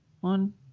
one